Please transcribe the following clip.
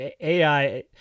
AI